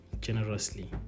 generously